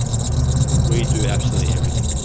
we do actually everything.